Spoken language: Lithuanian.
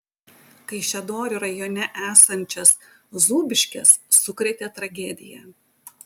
kaišiadorių rajone esančias zūbiškes sukrėtė tragedija